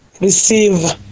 receive